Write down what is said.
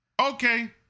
Okay